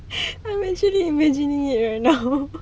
I'm actually imagining it right now